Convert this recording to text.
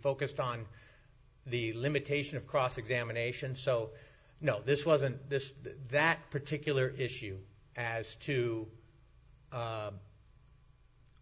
focused on the limitation of cross examination so now this wasn't this that particular issue as to